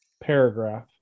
paragraph